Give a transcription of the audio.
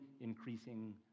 increasing